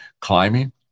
climbing